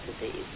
disease